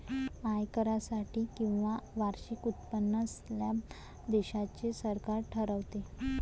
आयकरासाठी किमान वार्षिक उत्पन्न स्लॅब देशाचे सरकार ठरवते